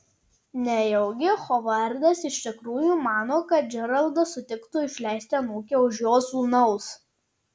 nejaugi hovardas iš tikrųjų mano kad džeraldas sutiktų išleisti anūkę už jo sūnaus